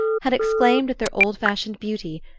had exclaimed at their old-fashioned beauty,